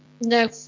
No